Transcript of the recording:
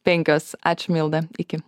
penkios ačiū milda iki